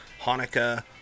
Hanukkah